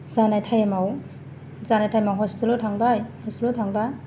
जानाय टाइम आव जानाय टाइमाव हस्पिटालाव थांबाय हस्पिटाल आव थांब्ला